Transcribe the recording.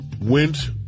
went